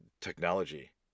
technology